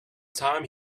time